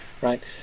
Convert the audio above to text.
right